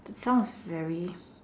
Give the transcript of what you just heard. sounds very